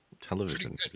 television